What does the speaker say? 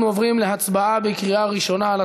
אנחנו עוברים להצבעה בקריאה ראשונה על